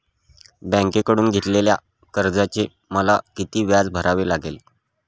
बँकेकडून घेतलेल्या कर्जाचे मला किती व्याज भरावे लागेल?